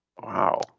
wow